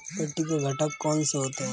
मिट्टी के घटक कौन से होते हैं?